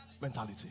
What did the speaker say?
Mentality